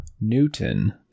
newton